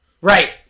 Right